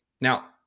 now